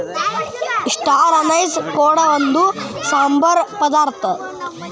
star anise ಕೂಡ ಒಂದು ಸಾಂಬಾರ ಪದಾರ್ಥ